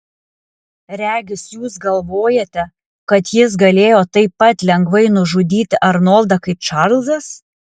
regis jūs galvojate kad jis galėjo taip pat lengvai nužudyti arnoldą kaip čarlzas